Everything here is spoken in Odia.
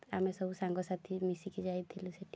ଆମେ ସବୁ ସାଙ୍ଗସାଥି ମିଶିକି ଯାଇଥିଲୁ ସେଠି